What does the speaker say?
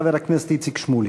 חבר הכנסת איציק שמולי.